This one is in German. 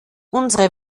unsere